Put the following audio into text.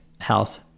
Health